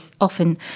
often